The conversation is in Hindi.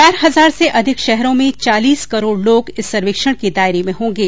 चार हजार से अधिक शहरों में चालीस करोड लोग इस सर्वेक्षण के दायरे में होंगे